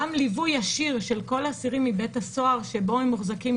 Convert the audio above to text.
גם ליווי ישיר של כל האסירים מבית הסוהר שבו הם מוחזקים,